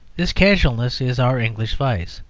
this casualness is our english vice.